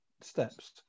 steps